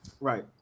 Right